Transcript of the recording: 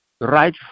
Right